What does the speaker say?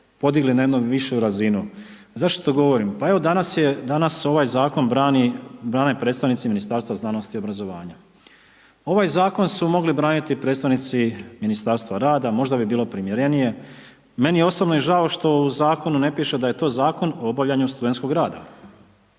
podigli na jednu višu razinu. Zašto to govorim? Pa evo, danas, ovaj zakon brane predstavnici Ministarstva znanosti i obrazovanja. Ovaj zakon su mogli braniti predstavnici Ministarstva rada, možda bi bilo primjerenije. Meni je osobno žao što u zakonu ne piše da je to zakon o obavljanju studentskog rada.